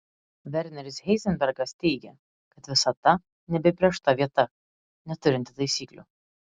verneris heizenbergas teigė kad visata neapibrėžta vieta neturinti taisyklių